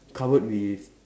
covered with